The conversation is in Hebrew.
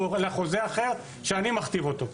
אלא חוזה אחר שאני מכתיב אותו.